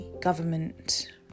government